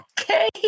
Okay